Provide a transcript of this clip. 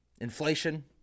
Inflation